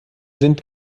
sind